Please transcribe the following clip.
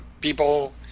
People